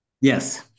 Yes